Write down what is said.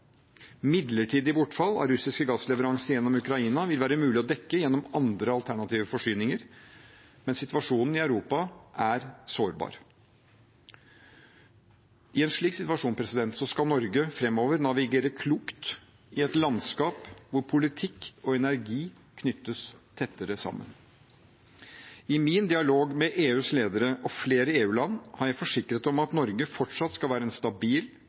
Midlertidig bortfall av russiske gassleveranser gjennom Ukraina vil være mulig å dekke gjennom andre alternative forsyninger, men situasjonen i Europa er sårbar. I en slik situasjon skal Norge framover navigere klokt i et landskap hvor politikk og energi knyttes tettere sammen. I min dialog med EUs ledere og flere EU-land har jeg forsikret om at Norge fortsatt skal være en stabil